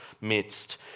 midst